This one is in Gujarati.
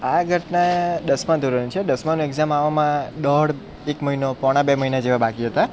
આ ઘટના દસમા ધોરણની છે દસમાની એકઝામ આવવામાં દોઢ એક મહિનો પોણા બે મહિના જેવાં બાકી હતાં